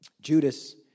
Judas